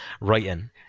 writing